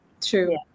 true